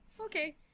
Okay